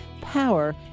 power